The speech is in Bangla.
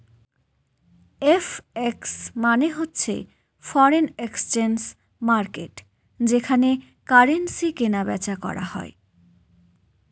এফ.এক্স মানে হচ্ছে ফরেন এক্সচেঞ্জ মার্কেটকে যেখানে কারেন্সি কিনা বেচা করা হয়